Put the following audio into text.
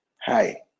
hi